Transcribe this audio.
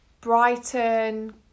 Brighton